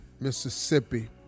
Mississippi